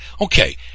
okay